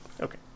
Okay